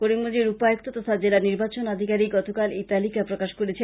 করিমগঞ্জের উপায়ক্ত তথা জেলা নির্বাচন আধিকারিক গতকাল এই তালিকা প্রকাশ করেছেন